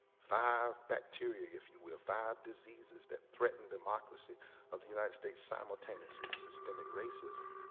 five bacteria if you will, five diseases that threaten democracy of the united states simultaneously, systemic racism,